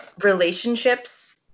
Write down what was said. relationships